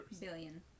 Billion